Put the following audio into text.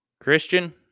Christian